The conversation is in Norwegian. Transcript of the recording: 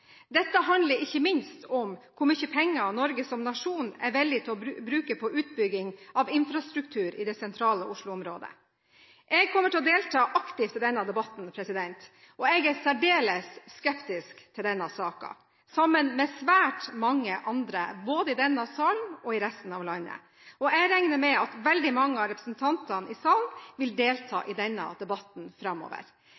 Dette handler ikke minst om hvor mye penger Norge som nasjon er villig til å bruke på utbygging av infrastruktur i det sentrale Oslo-området. Jeg kommer til å delta aktivt i denne debatten, og jeg er særdeles skeptisk til denne saken, sammen med svært mange andre både i denne salen og i resten av landet. Jeg regner med at veldig mange av representantene i salen vil delta